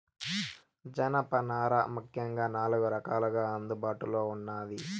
జనపనార ముఖ్యంగా నాలుగు రకాలుగా అందుబాటులో ఉన్నాది